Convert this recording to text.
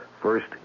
First